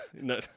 No